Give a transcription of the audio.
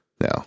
Now